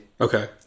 Okay